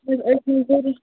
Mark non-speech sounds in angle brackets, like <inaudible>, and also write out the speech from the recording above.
<unintelligible>